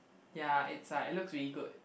ya it's like it looks really good